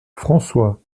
françois